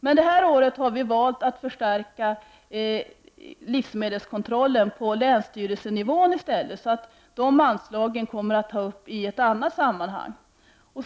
Men detta år har miljöpartiet i stället valt att föreslå en förstärkning av livsmedelskontrollen på länsstyrelsenivå. De anslagen kommer att tas upp i ett annat sammanhang.